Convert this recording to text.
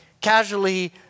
casually